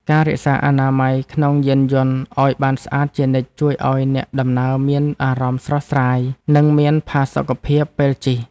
ការរក្សាអនាម័យក្នុងយានយន្តឱ្យបានស្អាតជានិច្ចជួយឱ្យអ្នកដំណើរមានអារម្មណ៍ស្រស់ស្រាយ និងមានផាសុកភាពពេលជិះ។